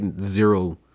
zero